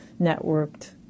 networked